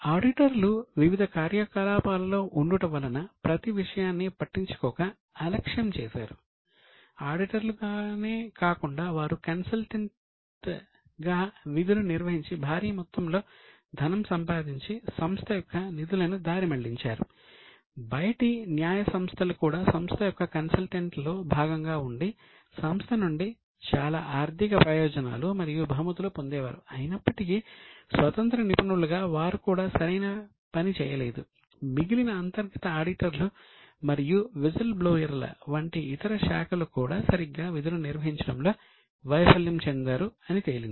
ఆడిటర్లు ల వంటి ఇతర శాఖలు కూడా సరిగ్గా విధులు నిర్వహించడంలో వైఫల్యం చెందారు అని తేలింది